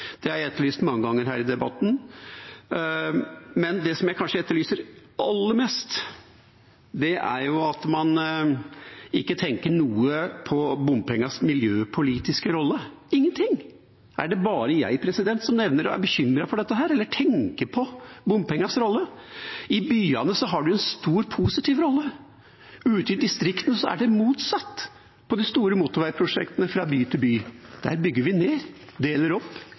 Det har jeg etterlyst mange ganger her i debatten. Men det som jeg kanskje etterlyser aller mest, er: Man tenker ikke noe på bompengenes miljøpolitiske rolle – ingenting! Er det bare jeg som nevner det, er bekymret for det og tenker på bompengenes rolle? I byene har de en stor positiv rolle. Ute i distriktene er det motsatt på de store motorveiprosjektene fra by til by. Der bygger vi ned, deler opp